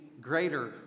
greater